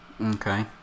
Okay